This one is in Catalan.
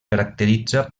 caracteritza